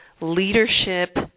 leadership